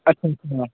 ਅੱਛਾ ਅੱਛਾ